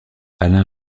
alain